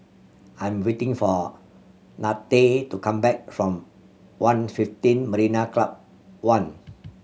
I'm waiting for Nanette to come back from One fifteen Marina Club One